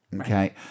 Okay